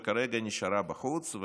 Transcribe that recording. וכרגע נשארה בחוץ,